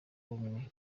bumwe